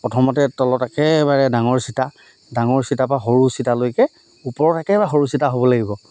প্ৰথমতে তলত একেবাৰে ডাঙৰ চিতা ডাঙৰ চিতাৰপৰা সৰু চিতালৈকে ওপৰত একেবাৰে সৰু চিতা হ'ব লাগিব